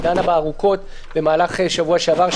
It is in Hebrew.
ודנה בה ארוכות במהלך שבוע שעבר,